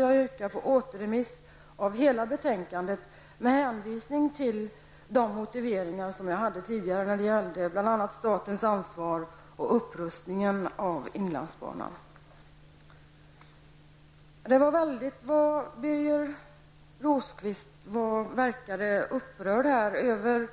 Jag yrkar således återremiss av hela betänkandet med hänvisning till mina tidigare motiveringar beträffande bl.a. statens ansvar och upprustningen av inlandsbanan. Birger Rosqvist verkade mycket upprörd över